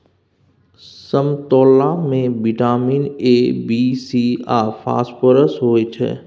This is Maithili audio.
समतोला मे बिटामिन ए, बी, सी आ फास्फोरस होइ छै